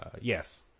Yes